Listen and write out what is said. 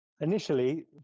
Initially